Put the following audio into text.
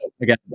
again